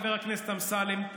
חבר הכנסת אמסלם,